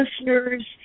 listeners